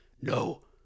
no